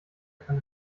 kann